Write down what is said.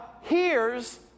hears